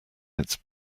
its